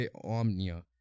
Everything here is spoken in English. Omnia